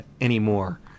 anymore